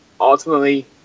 ultimately